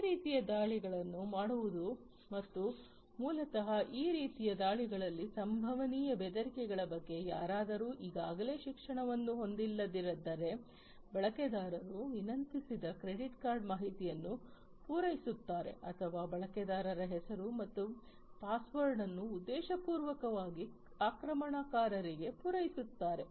ಈ ರೀತಿಯ ದಾಳಿಗಳನ್ನು ಮಾಡಲಾಗುವುದು ಮತ್ತು ಮೂಲತಃ ಈ ರೀತಿಯ ದಾಳಿಯಿಂದ ಸಂಭವನೀಯ ಬೆದರಿಕೆಗಳ ಬಗ್ಗೆ ಯಾರಾದರೂ ಈಗಾಗಲೇ ಶಿಕ್ಷಣವನ್ನು ಹೊಂದಿಲ್ಲದಿದ್ದರೆ ಬಳಕೆದಾರರು ವಿನಂತಿಸಿದ ಕ್ರೆಡಿಟ್ ಕಾರ್ಡ್ ಮಾಹಿತಿಯನ್ನು ಪೂರೈಸುತ್ತಾರೆ ಅಥವಾ ಬಳಕೆದಾರರ ಹೆಸರು ಮತ್ತು ಪಾಸ್ವರ್ಡ್ ಅನ್ನು ಉದ್ದೇಶಪೂರ್ವಕವಾಗಿ ಆಕ್ರಮಣಕಾರರಿಗೆ ಪೂರೈಸುತ್ತಾರೆ